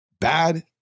bad